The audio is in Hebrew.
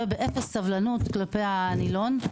ובאפס סבלנות כלפי הנילון.